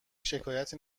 شکایتی